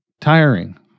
tiring